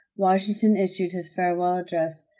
washington issued his farewell address,